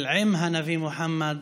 אלא עם הנביא מוחמד,